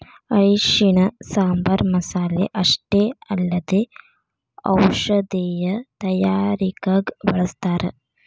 ಅರಿಶಿಣನ ಸಾಂಬಾರ್ ಮಸಾಲೆ ಅಷ್ಟೇ ಅಲ್ಲದೆ ಔಷಧೇಯ ತಯಾರಿಕಗ ಬಳಸ್ಥಾರ